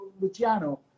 Luciano